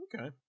Okay